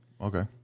Okay